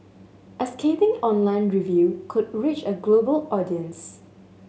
a scathing online review could reach a global audience